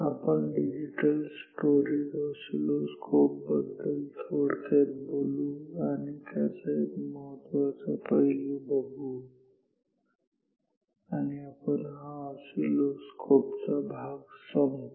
आपण digital storage oscilloscope बद्दल थोडक्यात बोलू आणि त्याचा एक महत्त्वाचा पैलू बघू आणि आपण हा ऑसिलोस्कोप चा भाग संपवू